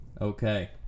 Okay